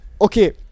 Okay